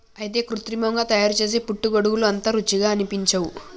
అయితే కృత్రిమంగా తయారుసేసే పుట్టగొడుగులు అంత రుచిగా అనిపించవు